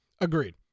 Agreed